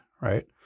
Right